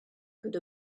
could